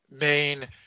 main